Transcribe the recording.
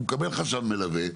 הוא מקבל רשם מלווה.